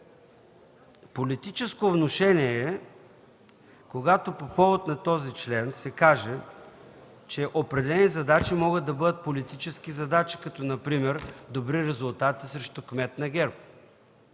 Политическо внушение е, когато по повод на този член се каже, че определени задачи могат да бъдат политически задачи, например добри резултати срещу кмет на ГЕРБ.